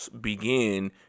begin